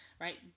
right